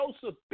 Joseph